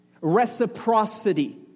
reciprocity